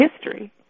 history